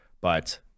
But-